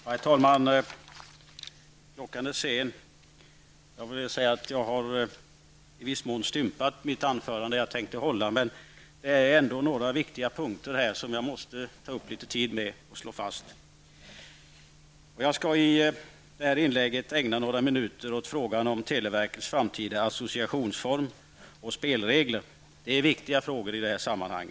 Herr talman! Klockan är mycket, och jag har i viss mån stympat det anförande som jag tänkte hålla. Men jag måste ändå ta upp några viktiga punkter som jag vill slå fast. Jag skall i detta inlägg ägna några minuter åt frågan om televerkets framtida associationsform och spelregler. Det är viktiga frågor i detta sammanhang.